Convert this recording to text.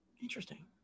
Interesting